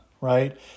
right